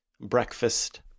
breakfast